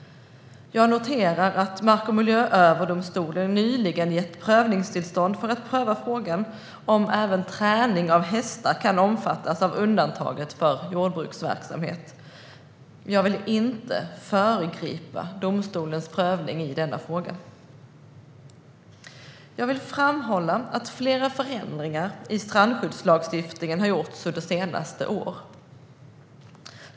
Jag noterar att Mark och miljööverdomstolen nyligen har gett prövningstillstånd för att pröva frågan om även träning av hästar kan omfattas av undantaget för jordbruksverksamhet. Jag vill inte föregripa domstolens prövning i denna fråga. Jag vill framhålla att flera förändringar i strandskyddslagstiftningen har gjorts under senare år.